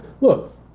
look